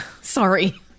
Sorry